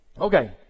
Okay